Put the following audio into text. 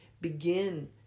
begin